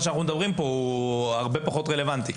שאנחנו מדברים כאן הוא הרבה פחות רלוונטי.